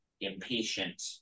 impatient